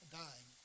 dying